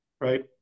right